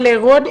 אבל רוני,